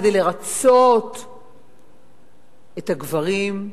כדי לרצות את הגברים,